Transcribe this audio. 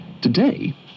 Today